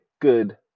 good